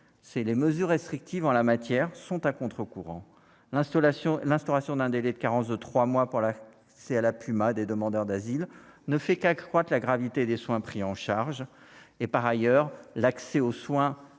les mesures restrictives en la matière sont à contre-courant, l'installation, l'instauration d'un délai de carence de trois mois pour la c'est à la Puma des demandeurs d'asile ne fait qu'accroître la gravité des soins pris en charge et par ailleurs l'accès aux soins